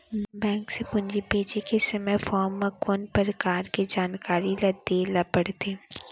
Bank से पूंजी भेजे के समय फॉर्म म कौन परकार के जानकारी ल दे ला पड़थे?